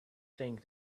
think